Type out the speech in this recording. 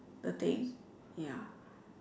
the thing ya